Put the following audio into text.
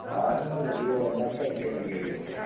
original بیٛوٚل نَتہٕ کَتہِ چھِ ڈُبلِکیٹ بیٛوٚل